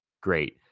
great